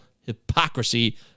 hypocrisy